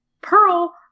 Pearl